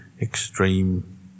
extreme